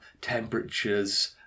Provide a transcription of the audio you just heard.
temperatures